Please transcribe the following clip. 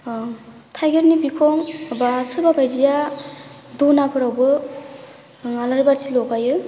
थाइगिरनि बिखं एबा सोरबा बायदिया दनाफोरावबो आलारि बाथि लगायो